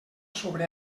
sobre